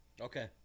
Okay